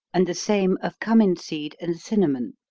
and the same of cummin seed and cinnamon.